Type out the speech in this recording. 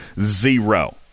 zero